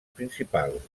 principals